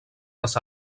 les